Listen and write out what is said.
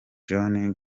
john